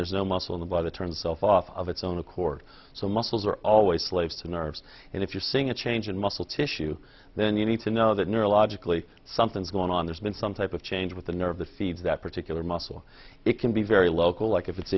there's no muscle in the by the term self off of its own accord so muscles are always slaves to nerves and if you're seeing a change in muscle tissue then you need to know that neurologically something's going on there's been some type of change with the nerve the feeds that particular muscle it can be very local like if it's